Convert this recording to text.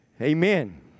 Amen